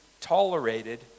tolerated